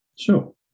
sure